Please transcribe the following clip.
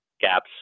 gaps